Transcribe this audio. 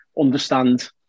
understand